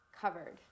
covered